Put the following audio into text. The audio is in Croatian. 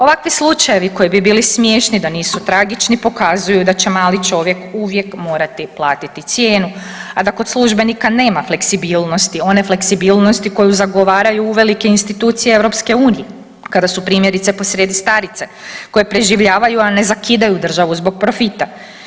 Ovakvi slučajevi koji bi bili smiješni da nisu tragični pokazuju da će mali čovjek uvijek morati platiti cijenu, a da kod službenika nema fleksibilnosti, one fleksibilnosti koju zagovaraju uvelike institucije Europske unije kada su primjerice posrijedi starice koje preživljavaju a ne zakidaju državu zbog profita.